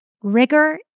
rigor